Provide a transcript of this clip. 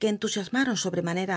c ue entusiasmaron sobremanera